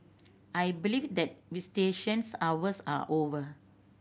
I believe that visitations hours are over